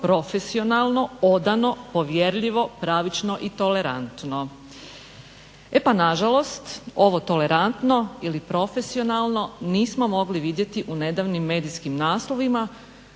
profesionalno, odano, povjerljivo, pravično i tolerantno. E pa nažalost ovo tolerantno ili profesionalno nismo mogli vidjeti u nedavnim medijskim naslovima